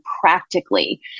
practically